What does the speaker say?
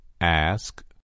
Ask